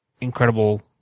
incredible